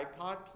iPod